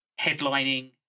headlining